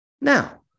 Now